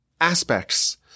aspects